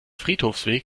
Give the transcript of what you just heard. friedhofsweg